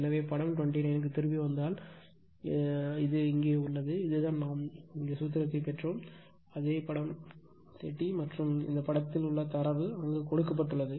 எனவே படம் 29 க்கு திரும்பி வந்தால் இது இங்கே உள்ளது இதுதான் நாம் இங்குதான் சூத்திரத்தைப் பெற்றோம் அதே படம் 30 மற்றும் இந்த படத்தில் உள்ள தரவு அங்கு கொடுக்கப்பட்டுள்ளது